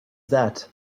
that